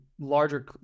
larger